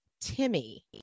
Timmy